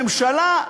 הממשלה,